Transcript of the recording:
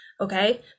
Okay